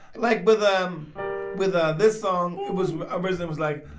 like, with. um with ah this song. it was um was and was like,